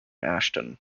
ashton